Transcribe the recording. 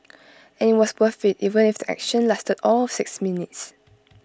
and IT was worth IT even if the action lasted all of six minutes